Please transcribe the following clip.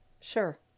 Sure